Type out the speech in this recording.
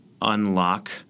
unlock